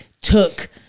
took